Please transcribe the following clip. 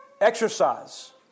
exercise